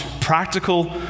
Practical